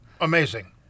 amazing